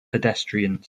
pedestrians